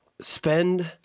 spend